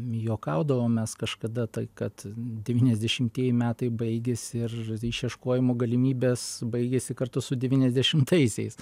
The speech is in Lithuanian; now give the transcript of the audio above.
juokaudavom mes kažkada tai kad devyniasdešimtieji metai baigėsi ir išieškojimo galimybės baigėsi kartu su devyniasdešimtaisiais